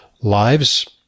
lives